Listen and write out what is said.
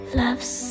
loves